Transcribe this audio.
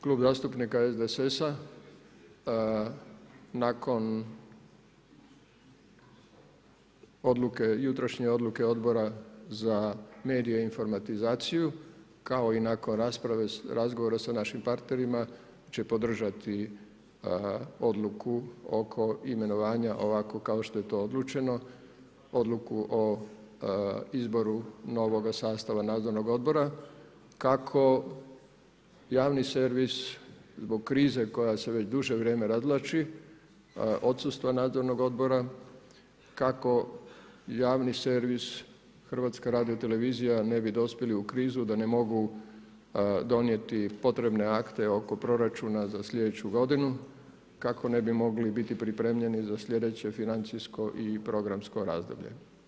Klub zastupnika SDSS-a nakon odluke jutrošnje odluke odbora za medije i informatizaciju, kao i nakon rasprave, razgovora sa našim partnerima će podržati odluku oko imenovanja ovako kao što je to odlučeno, odluku o izboru novoga sastava nadzornog odbora, kako javni servis, zbog krize koja se već duže vrijeme razvlači, odsustva nadzornog odbora, kako javni servis, HRT, ne bi dospjeli u kvizu, da ne mogu donijeti potrebne akte, oko proračuna za slijedeću godinu. kako ne bi mogli biti pripremljeni za sljedeće financijsko i programsko razdoblje.